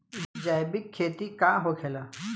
जैविक खेती का होखेला?